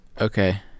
Okay